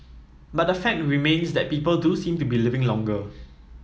but the fact remains that people do seem to be living longer